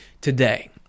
today